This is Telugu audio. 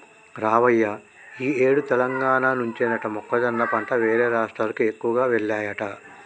రావయ్య ఈ ఏడు తెలంగాణ నుంచేనట మొక్కజొన్న పంట వేరే రాష్ట్రాలకు ఎక్కువగా వెల్లాయట